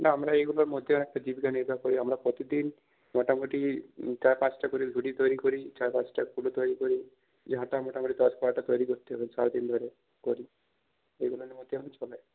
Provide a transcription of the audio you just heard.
না আমরা এগুলোর মধ্যেই জীবিকা নির্বাহ করি আমরা প্রতিদিন মোটিমুটি চার পাঁচটা করে ঝুড়ি তৈরি করি চার পাঁচটা কুলো তৈরি করি ঝাঁটা মোটামুটি দশ বারোটা তৈরি করতে হয় সারাদিন ধরে করি ওইগুলোর মধ্যে দিয়েই চলে